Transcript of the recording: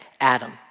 Adam